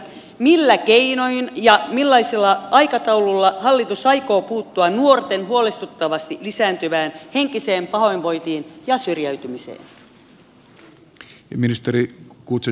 millä keinoin ja millaisella aikataululla hallitus aikoo puuttua nuorten huolestuttavasti lisääntyvään henkiseen pahoinvointiin ja syrjäytymiseen